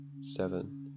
seven